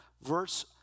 verse